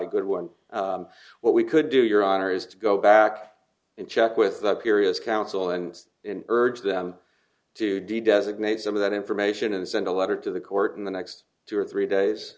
a good one what we could do your honor is to go back and check with the curious counsel and urge them to designate some of that information and send a letter to the court in the next two or three days